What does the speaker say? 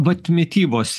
vat mitybos